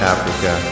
Africa